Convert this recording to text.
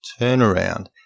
turnaround